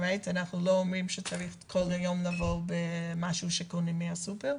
אנחנו לא אומרים שצריך כל יום לבוא במשהו שקונים מהסופר,